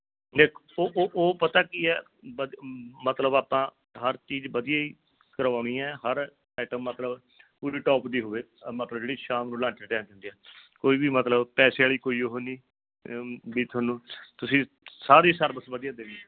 ਉਹ ਉਹ ਉਹ ਪਤਾ ਕੀ ਆ ਬਦ ਮਤਲਬ ਆਪਾਂ ਹਰ ਚੀਜ਼ ਵਧੀਆ ਹੀ ਕਰਵਾਉਣੀ ਆ ਹਰ ਐਟਮ ਮਤਲਬ ਪੂਰੀ ਟੋਪ ਦੀ ਹੋਵੇ ਮਤਲਬ ਜਿਹੜੀ ਸ਼ਾਮ ਨੂੰ ਲੰਚ ਟਾਈਮ ਦਿੰਦੇ ਆ ਕੋਈ ਵੀ ਮਤਲਬ ਪੈਸੇ ਵਾਲੀ ਕੋਈ ਉਹ ਨਹੀਂ ਵੀ ਤੁਹਾਨੂੰ ਤੁਸੀਂ ਸਾਰੀ ਸਰਵਿਸ ਵਧੀਆ ਦੇਣੀ